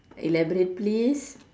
elaborate please